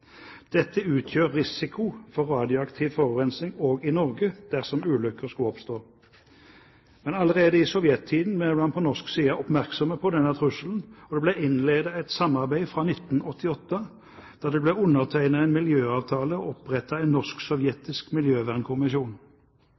Dette utgjør en risiko for radioaktiv forurensning også i Norge dersom ulykker skulle oppstå. Men allerede i sovjettiden ble man på norsk side oppmerksom på denne trusselen. Det ble innledet et samarbeid i 1988, da det ble undertegnet en miljøavtale og opprettet en norsk-sovjetisk miljøvernkommisjon.